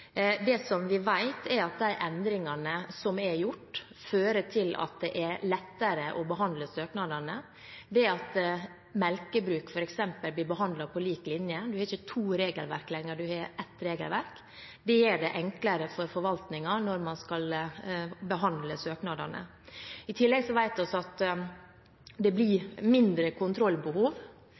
Det vi vet, er at de endringene som er gjort, fører til at det er lettere å behandle søknadene. Det at melkebruk f.eks. blir behandlet på lik linje – en har ikke to regelverk lenger, men ett – gjør det enklere for forvaltningen når man skal behandle søknadene. I tillegg vet vi at det blir mindre kontrollbehov